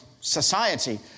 society